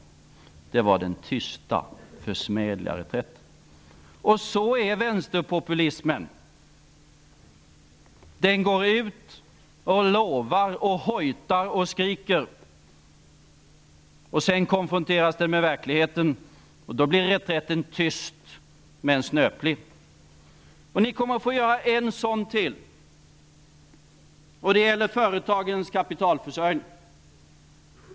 Det var den tysta, försmädliga reträtten. Sådan är vänsterpopulismen. Man går ut och lovar, hojtar och skriker, och sedan konfronteras man med verkligheten, och då blir reträtten tyst men snöplig. Ni kommer också att få göra en sådan till, nämligen när det gäller företagens kapitalförsörjning.